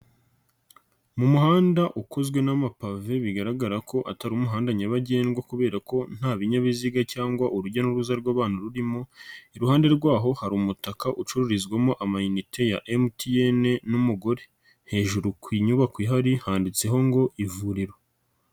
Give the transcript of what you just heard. Mu muhanda ukozwe n'amapave bigaragara ko atari umuhanda nyabagendwa kubera ko nta binyabiziga cyangwa urujya n'uruza rw'abantu rurimo, iruhande rwaho hari umutaka ucururizwamo amayinite ya MTN n'umugore. Hejuru ku nyubako ihari handitseho ngo ivuriro.